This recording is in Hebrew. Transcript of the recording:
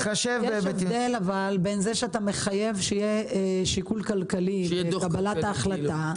יש הבדל אבל בין זה שאתה מחייב שיהיה שיקול כלכלי בקבלת ההחלטה,